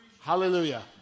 Hallelujah